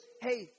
hey